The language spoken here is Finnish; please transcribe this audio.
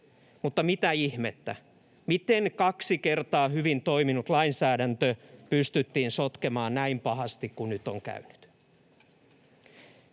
Mutta mitä ihmettä — miten kaksi kertaa hyvin toiminut lainsäädäntö pystyttiin sotkemaan näin pahasti kuin nyt on käynyt?